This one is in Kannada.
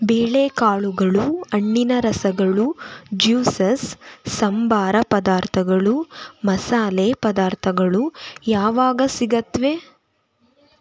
ಬೇಳೆಕಾಳುಗಳು ಹಣ್ಣಿನ ರಸಗಳು ಜ್ಯೂಸಸ್ ಸಂಬಾರ ಪದಾರ್ಥಗಳು ಮಸಾಲೆ ಪದಾರ್ಥಗಳು ಯಾವಾಗ ಸಿಗತ್ವೆ